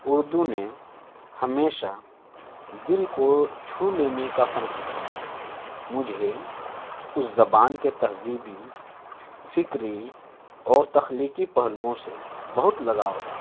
اردو نے ہمیشہ دل کو چھو لینے کا فن سکھایا مجھے اس زبان کے تہذیبی فکری اور تخلیقی پہلوؤں سے بہت لگاؤ ہے